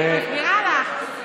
אז אני מסבירה לך.